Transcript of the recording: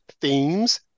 themes